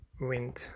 wind